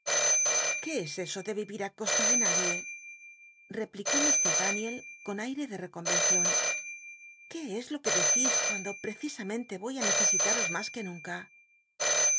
qué rs eso ele i'it ü costa ele nadie t plirú daniel con aire ele recomencion qué e h qnc decís cuando prcci amcnle y o y í necesitaros mas que nunca